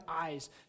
eyes